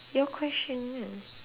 your question ah